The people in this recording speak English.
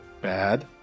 bad